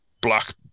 black